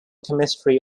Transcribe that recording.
chemistry